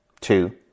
two